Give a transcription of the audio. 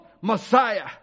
Messiah